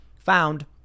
found